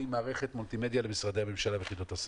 מערכת מולטימדיה למשרדי ממשלה וליחידות הסמך.